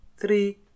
three